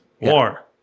War